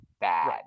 bad